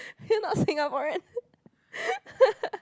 he not Singaporean